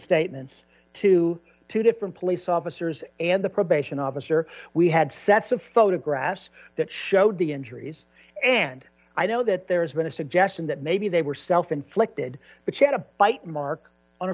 statements to two different police officers and the probation officer we had sets of photographs that showed the injuries and i know that there's been a suggestion that maybe they were self inflicted but she had a bite mark on her